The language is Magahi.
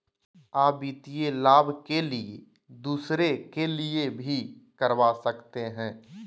आ वित्तीय लाभ के लिए दूसरे के लिए भी करवा सकते हैं?